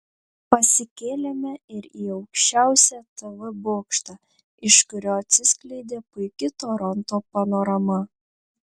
pasikėlėme ir į aukščiausią tv bokštą iš kurio atsiskleidė puiki toronto panorama